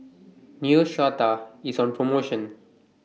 Neostrata IS on promotion